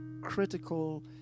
critical